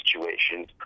situations